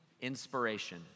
inspiration